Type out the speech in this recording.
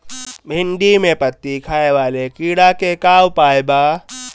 भिन्डी में पत्ति खाये वाले किड़ा के का उपाय बा?